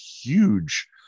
huge